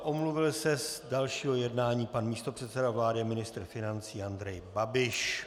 Omluvil se z dalšího jednání pan místopředseda vlády a ministr financí Andrej Babiš.